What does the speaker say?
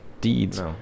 deeds